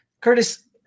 Curtis